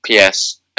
PS